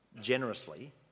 generously